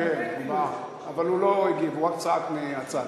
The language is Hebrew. אבל הוא לא הגיב, הוא רק צעק מהצד.